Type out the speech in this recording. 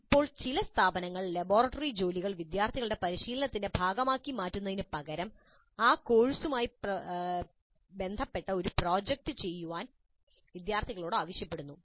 ഇപ്പോൾ ചില സ്ഥാപനങ്ങൾ ലബോറട്ടറി ജോലികൾ വിദ്യാർത്ഥികളുടെ പരിശീലനത്തിന്റെ ഭാഗമാക്കി മാറ്റുന്നതിനുപകരം ആ കോഴ്സ് പ്രവർത്തനവുമായി ബന്ധപ്പെട്ട ഒരു പ്രോജക്റ്റ് ചെയ്യാൻ വിദ്യാർത്ഥികളോട് ആവശ്യപ്പെടുന്നു